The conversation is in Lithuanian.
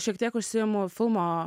šiek tiek užsiimu filmo